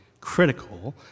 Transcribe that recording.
critical